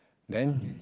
then